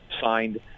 signed